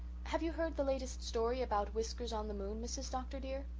have you heard the latest story about whiskers-on-the-moon, mrs. dr. dear?